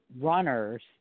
runners